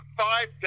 five